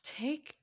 take